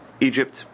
Egypt